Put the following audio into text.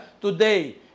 Today